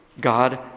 God